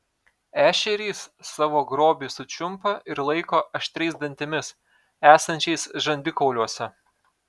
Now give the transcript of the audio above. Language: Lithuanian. ešerys savo grobį sučiumpa ir laiko aštriais dantimis esančiais žandikauliuose